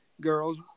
girls